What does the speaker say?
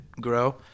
grow